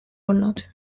olnud